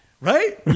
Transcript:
Right